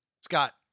Scott